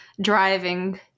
driving